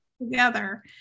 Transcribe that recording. together